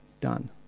done